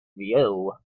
view